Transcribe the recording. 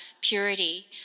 purity